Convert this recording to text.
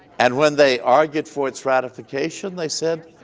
and when they argued for its ratification they said,